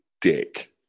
dick